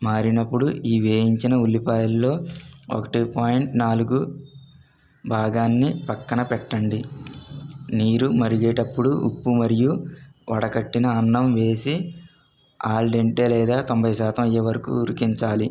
మారినప్పుడు ఈ వేయించిన ఉల్లిపాయల్లో ఒకటి పాయింట్ నాలుగు భాగాన్ని పక్కన పెట్టండి నీరు మరిగేటప్పుడు ఉప్పు మరియు వడకట్టిన అన్నం వేసి ఆల్దింటే లేదా తొంభై శాతం అయ్యేవరకు ఉడికించాలి